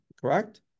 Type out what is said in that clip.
correct